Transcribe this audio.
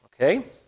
Okay